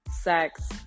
sex